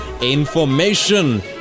information